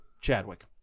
Chadwick